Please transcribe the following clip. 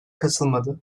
katılmadı